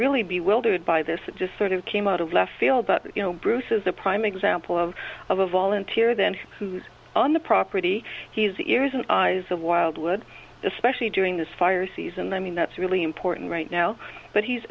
really be we'll do it by this it just sort of came out of left field but you know bruce is the prime example of of a volunteer then who's on the property he's the ears and eyes of wildwood especially during this fire season i mean that's really important right now but he's